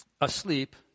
asleep